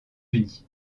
unis